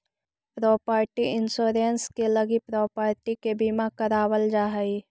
property insurance के लगी property के बीमा करावल जा हई